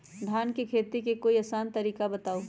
धान के खेती के कोई आसान तरिका बताउ?